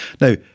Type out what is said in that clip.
Now